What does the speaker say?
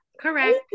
correct